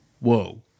whoa